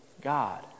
God